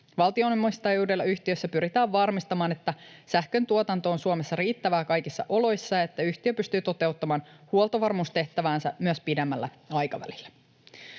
Valtion omistajuudella yhtiössä pyritään varmistamaan, että sähköntuotanto on Suomessa riittävää kaikissa oloissa ja että yhtiö pystyy toteuttamaan huoltovarmuustehtäväänsä myös pidemmällä aikavälillä.